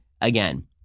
again